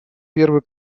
первый